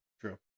True